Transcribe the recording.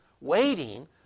waiting